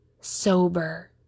sober